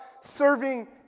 serving